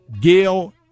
Gail